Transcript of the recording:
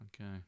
Okay